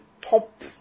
top